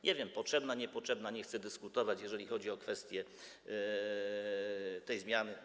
Nie wiem, potrzebna, niepotrzebna, nie chce dyskutować, jeżeli chodzi o kwestię tej zmiany.